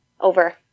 over